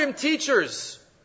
teachers